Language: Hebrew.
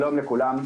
שלום לכולם.